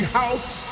house